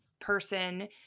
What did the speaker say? person